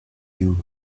you